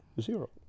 zero